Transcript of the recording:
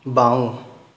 বাওঁ